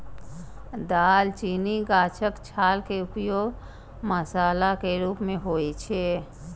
दालचीनी गाछक छाल के उपयोग मसाला के रूप मे होइ छै